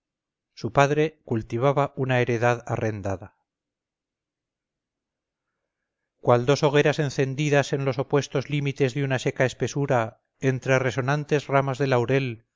su padre cultivaba una heredad arrendada cual dos hogueras encendidas en los opuestos límites de una seca espesura entre resonantes ramas de laurel